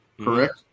correct